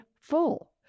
full